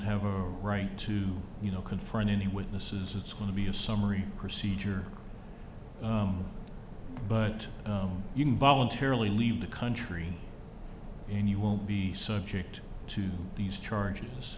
have a right to you know confront any witnesses it's going to be a summary procedure but you can voluntarily leave the country and you won't be subject to these charges